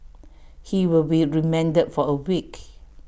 he will be remanded for A week